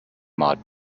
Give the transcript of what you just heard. mod